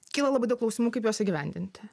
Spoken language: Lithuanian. kyla labai daug klausimų kaip juos įgyvendinti